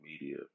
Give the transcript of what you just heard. media